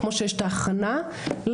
כמו שיש את ההכנה לפולין,